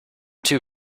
too